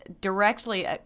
directly